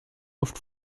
oft